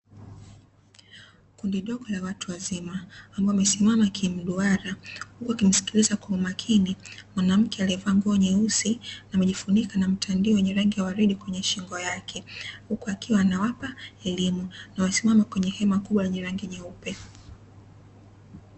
Kundi dogo la watu wazima ambao wamesimama kimduara, huku wakimsikiliza kwa makini mwanamke aliyevaa nguo nyeusi na amejifunika na mtandio wenye rangi waridi kwenye shingo yake, huku akiwa anawapa elimu; na wamesimama kwenye hema kubwa lenye rangi nyeupe.